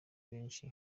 benshi